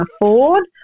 afford